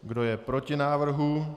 Kdo je proti návrhu?